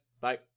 Bye